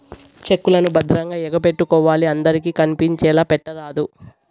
check లను భద్రంగా ఎగపెట్టుకోవాలి అందరికి కనిపించేలా పెట్టరాదు